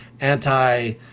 anti-